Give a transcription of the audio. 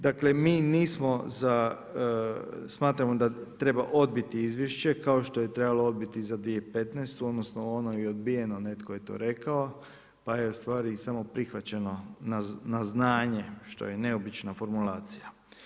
Dakle mi nismo za, smatramo da treba odbiti izvješće kao što je trebalo odbiti za 2015., odnosno ono je odbijeno, netko je to rekao, pa je ustvari i sam prihvaćeno na znanje što je i neobična formulacija.